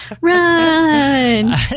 Run